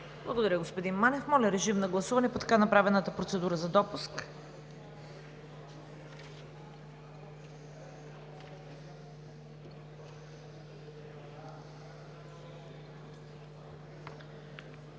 Благодаря, господин Манев. Моля, режим на гласуване по така направената процедура за допуск.